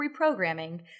reprogramming